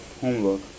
homework